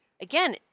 Again